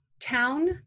town